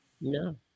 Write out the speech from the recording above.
No